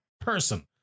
person